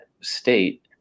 state